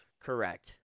Correct